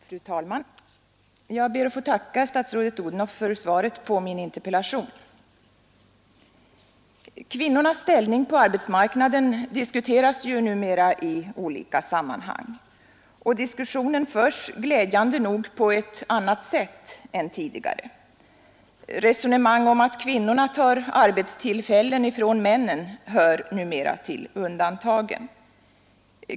Fru talman! Jag ber att få tacka statsrådet Odhnoff för svaret på min interpellation. Kvinnornas ställning på arbetsmarknaden diskuteras ju numera i olika sammanhang, och diskussionen förs glädjande nog på ett annat sätt än tidigare. Resonemang om att kvinnorna tar arbetstillfällen från männen hör numera till undantagen.